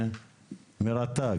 אישור מרת"ג.